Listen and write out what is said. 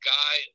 guy